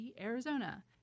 Arizona